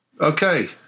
Okay